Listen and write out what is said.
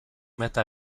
mettre